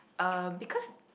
uh because